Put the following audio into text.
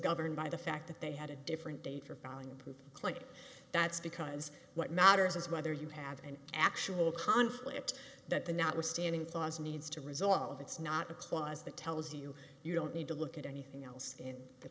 governed by the fact that they had a different date for filing like that's because what matters is whether you have an actual conflict that the notwithstanding clause needs to resolve it's not a clause that tells you you don't need to look at anything else in the